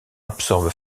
absorbe